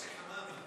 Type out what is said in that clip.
יוסי חמאמה.